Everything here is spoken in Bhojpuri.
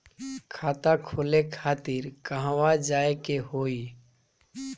खाता खोले खातिर कहवा जाए के होइ?